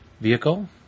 vehicle